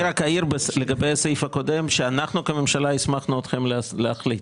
אני רק אעיר לגבי הסעיף הקודם שאנחנו כממשלה הסמכנו אתכם להחליט.